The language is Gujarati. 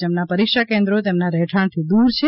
જેમના પરીક્ષા કેન્દ્રો તેમના રહેઠાણથી દૂર છે